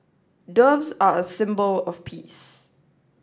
doves are a symbol of peace